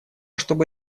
чтобы